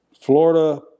Florida